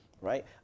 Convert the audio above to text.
right